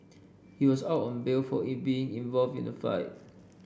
he was out on bail for being involved in the fight